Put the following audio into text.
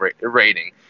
rating